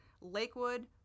Lakewood